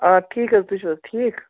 آ ٹھیٖک حظ تُہۍ چھِو حظ ٹھیٖک